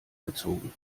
gezogen